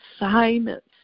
assignments